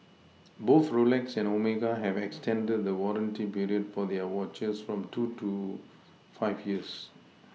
both Rolex and Omega have extended the warranty period for their watches from two to five years